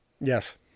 Yes